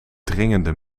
dringende